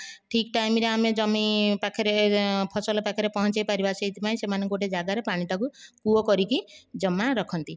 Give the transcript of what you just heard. ଠିକ ଟାଇମରେ ଆମେ ଜମି ପାଖରେ ଫସଲ ପାଖରେ ପହଞ୍ଚାଇ ପାରିବା ସେଇଥି ପାଇଁ ସେମାନେ ଗୋଟିଏ ଜାଗାରେ ପାଣିକୁ କୂଅ କରିକି ଜମା ରଖନ୍ତି